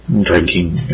drinking